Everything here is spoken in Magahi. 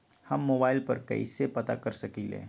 हम मोबाइल पर कईसे पता कर सकींले?